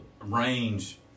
range